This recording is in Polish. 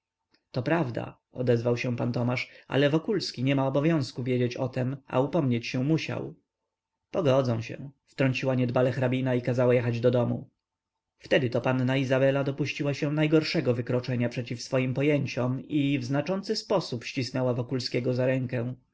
to prawda odezwał się pan tomasz ależ wokulski nie ma obowiązku wiedzieć o tem a upomnieć się musiał pogodzą się wtrąciła niedbale hrabina i kazała jechać do domu wtedy to panna izabela dopuściła się najgorszego wykroczenia przeciw swoim pojęciom i w znaczący sposób ścisnęła wokulskiego za rękę